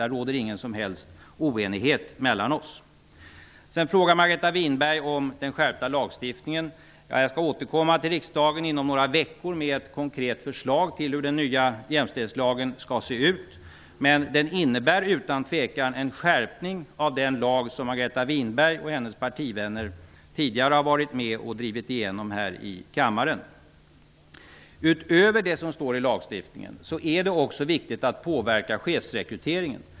Där råder det ingen som helst oenighet mellan oss. Margareta Winberg frågar om den skärpta lagstiftningen. Jag skall återkomma till riksdagen inom några veckor med ett konkret förslag till hur den nya jämställdhetslagen skall se ut. Den kommer utan tvekan att innebära en skärpning av den lag som Margareta Winberg och hennes partivänner tidigare har varit med om att driva igenom här i kammaren. Utöver det som står i lagstiftningen är det också viktigt att vi påverkar chefsrekryteringen.